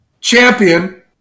Champion